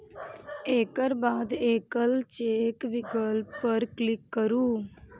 एकर बाद एकल चेक विकल्प पर क्लिक करू